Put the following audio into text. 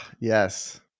yes